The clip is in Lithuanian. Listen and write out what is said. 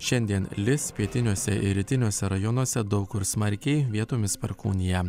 šiandien lis pietiniuose ir rytiniuose rajonuose daug kur smarkiai vietomis perkūnija